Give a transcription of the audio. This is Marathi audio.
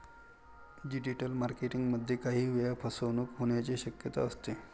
डिजिटल मार्केटिंग मध्ये काही वेळा फसवणूक होण्याची शक्यता असते